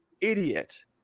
idiot